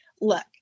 look